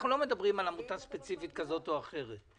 אנחנו לא מדברים על עמותה ספציפית כזאת או אחרת,